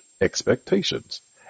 expectations